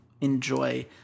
enjoy